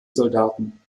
soldaten